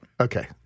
Okay